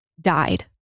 died